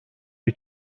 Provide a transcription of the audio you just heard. bir